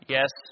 Yes